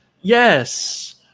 Yes